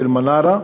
עמותת "אלמנארה",